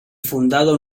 fundado